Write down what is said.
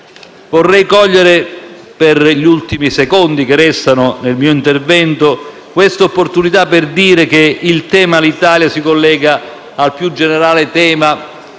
Vorrei cogliere, per gli ultimi secondi che restano del mio intervento, quest'opportunità per dire che il tema Alitalia si collega al più generale tema